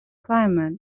climate